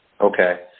Okay